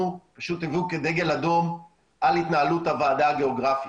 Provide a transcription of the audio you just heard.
פשוט היוו כדגל אדום על התנהלות הוועדה הגיאוגרפית.